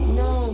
no